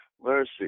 Mercy